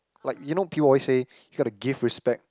like you know people always say you gotta give respect